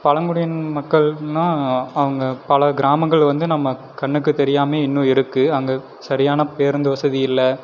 பழங்குடி மக்கள்னா அவங்க பல கிராமங்கள் வந்து நம்ம கண்ணுக்கு தெரியாமே இன்னும் இருக்கு அங்கே சரியான பேருந்து வசதி இல்லை